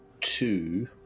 two